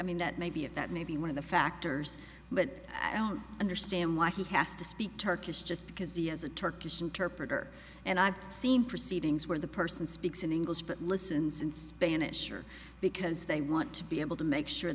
mean that may be it that may be one of the factors but i don't understand why he has to speak turkish just because he has a turkish interpreter and i've seen proceedings where the person speaks in english but listens in spanish or because they want to be able to make sure